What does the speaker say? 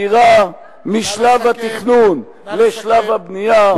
משלב התכנון לשלב הבנייה,